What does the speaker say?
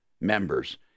members